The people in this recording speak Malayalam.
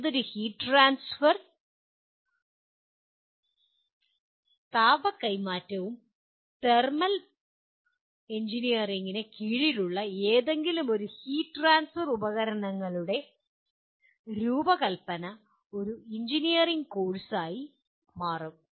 ഏതൊരു ഹീറ്റ് ട്രൻസ്ഫർ തെർമൽ എഞ്ചിനീയറിംഗിന് കീഴിലുള്ള ഏതെങ്കിലും ഹീറ്റ് ട്രൻസ്ഫർ ഉപകരണങ്ങളുടെ രൂപകൽപ്പന ഒരു എഞ്ചിനീയറിംഗ് കോഴ്സായി മാറും